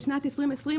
בשנת 2020,